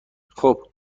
خوب